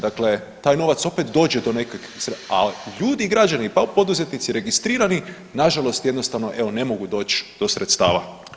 Dakle, taj novac opet dođe do … a ljudi i građani pa poduzetnici registrirani nažalost jednostavno evo ne mogu doći do sredstava.